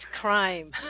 crime